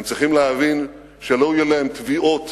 הם צריכים להבין שלא תהיינה להם תביעות